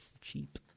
cheap